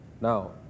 Now